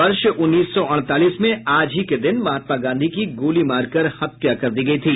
वर्ष उन्नीस सौ अड़तालीस में आज ही के दिन महात्मा गांधी की गोली मारकर हत्या कर दी गई थी